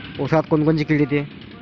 ऊसात कोनकोनची किड येते?